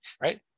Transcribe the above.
right